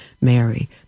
Mary